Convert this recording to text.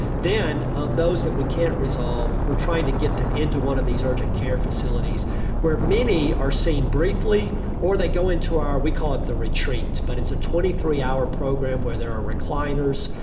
then, of those that we can't resolve, we're trying to get them into one of these urgent care facilities where many are seen briefly or they go into our, we call it the retreat, but it's a twenty three hour program where there are recliners,